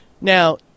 Now